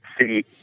city